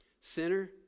Sinner